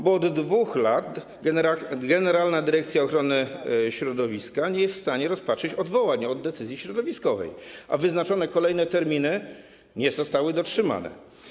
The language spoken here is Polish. Bo od 2 lat Generalna Dyrekcja Ochrony Środowiska nie jest w stanie rozpatrzyć odwołań od decyzji środowiskowej, a wyznaczone kolejne terminy nie zostały dotrzymane.